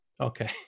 Okay